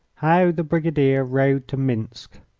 how the brigadier rode to minsk